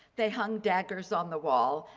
they hung daggers on the wall.